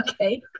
Okay